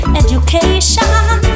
education